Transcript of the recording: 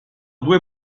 due